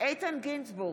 איתן גינזבורג,